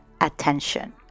attention